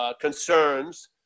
concerns